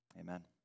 amen